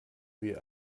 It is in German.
wir